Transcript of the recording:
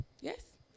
Yes